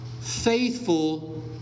faithful